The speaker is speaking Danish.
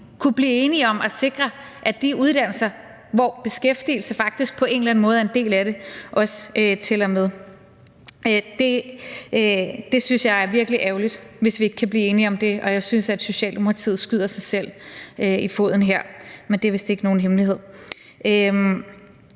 kunne blive enige om at sikre, at de uddannelser, hvor beskæftigelse faktisk på en eller anden måde er en del af det, også tæller med. Jeg synes, det er virkelig ærgerligt, hvis vi ikke kan blive enige om det, og jeg synes, at Socialdemokratiet skyder sig selv i foden her. Men det er vist ikke nogen hemmelighed.